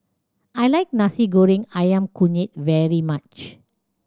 I like Nasi Goreng Ayam Kunyit very much